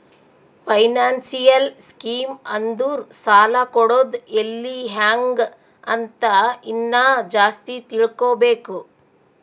financial scheme ಅಂದುರ್ ಸಾಲ ಕೊಡದ್ ಎಲ್ಲಿ ಹ್ಯಾಂಗ್ ಅಂತ ಇನ್ನಾ ಜಾಸ್ತಿ ತಿಳ್ಕೋಬೇಕು